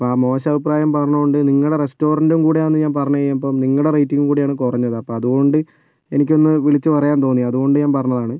അപ്പം ആ മോശം അഭിപ്രായം പറഞ്ഞത് കൊണ്ട് നിങ്ങളുടെ റെസ്റ്റോറൻറ്റും കൂടെ ആണ് ഞാൻ പറഞ്ഞു നിങ്ങളുടെ റേറ്റിങ്ങ് കൂടെ ആണ് കുറഞ്ഞത് അപ്പം അതുകൊണ്ട് എനിക്കൊന്ന് വിളിച്ച് പറയാൻ തോന്നി അതുകൊണ്ട് ഞാൻ പറഞ്ഞതാണ്